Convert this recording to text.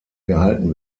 gehalten